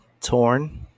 Torn